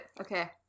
Okay